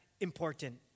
important